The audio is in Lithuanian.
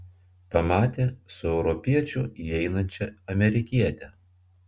pamatė su europiečiu įeinančią amerikietę